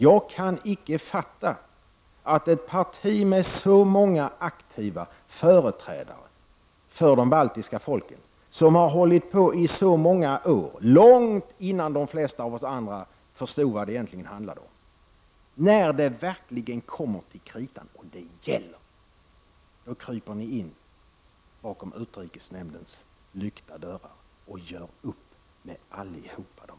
Jag kan inte fatta att ett parti med så många aktiva förespråkare för de baltiska folken, ett parti som långt innan de flesta av oss andra förstod vad det egentligen handlade om stödde balternas sak, när det verkligen kommer till kritan kryper in bakom utrikesnämndens lyckta dörrar och gör upp med alla de andra.